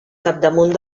capdamunt